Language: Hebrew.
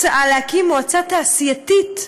הצעה להקים מועצה תעשייתית,